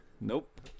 Nope